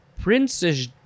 Prince's